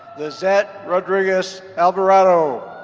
lizette rodriguez alverado